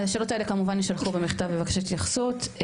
השאלות האלה כמובן יישלחו במכתב בבקשת התייחסות.